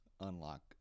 unlock